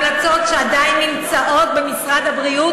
המלצות שעדיין נמצאות במשרד הבריאות